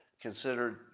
considered